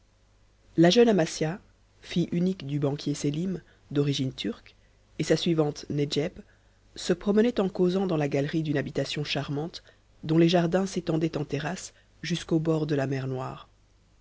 la jeune amasia fille unique du banquier sélim d'origine turque et sa suivante nedjeb se promenaient en causant dans la galerie d'une habitation charmante dont les jardins s'étendaient en terrasses jusqu'au bord de la mer noire